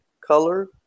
color